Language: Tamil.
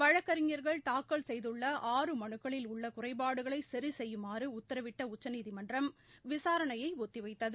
வழக்கறிஞா்கள் தாக்கல் செய்துள்ள ஆறு மனுக்களில் உள்ள குறைபாடுகளை சரி செய்யுமாறு உத்தரவிட்ட உச்சநீதிமன்றம் விசாரணையை ஒத்திவைத்தது